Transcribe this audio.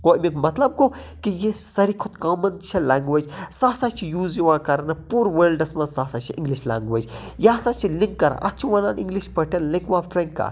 گوٚو اَمِیُٛک مطلب گوٚو کہِ یہِ ساروی کھۄتہٕ کامَن چھےٚ لینگویٚج سُہ ہَسا چھِ یوٗز یِوان کَرنہٕ پوٗرٕ وٲلڈس مَنٛز سُہ ہَسا چھِ اِنگلِش لینگویٚج یہ ہسا چھِ لِنک کِران اَتھ چھِ وَنان اِنگلِش پٲٹھۍ لِنگوا فریٚنکا